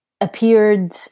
appeared